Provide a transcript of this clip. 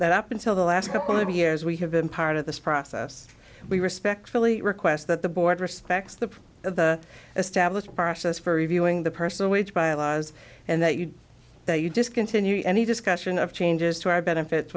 that up until the last couple of years we have been part of this process we respectfully request that the board respects the the established process for reviewing the person waged by allies and that you that you discontinue any discussion of changes to our benefit